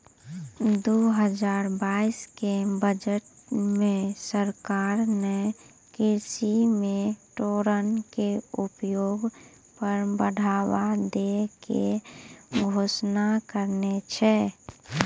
दू हजार बाइस के बजट मॅ सरकार नॅ कृषि मॅ ड्रोन के उपयोग पर बढ़ावा दै के घोषणा करनॅ छै